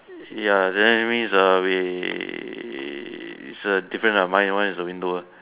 ya that means err we is a different lah my one is a window